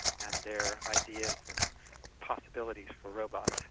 and their ideas and possibilities for robots,